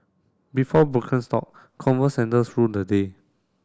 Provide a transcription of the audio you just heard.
before Birkenstock Converse sandals ruled the day